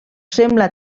sembla